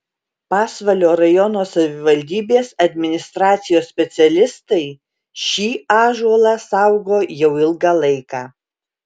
pasvalio rajono savivaldybės administracijos specialistai šį ąžuolą saugo jau ilgą laiką